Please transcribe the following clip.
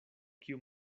kiu